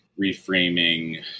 reframing